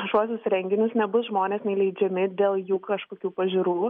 viešuosius renginius nebus žmonės neįleidžiami dėl jų kažkokių pažiūrų